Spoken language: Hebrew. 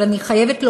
אבל אני חייבת לומר,